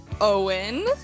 Owen